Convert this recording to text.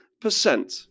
percent